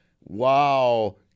wow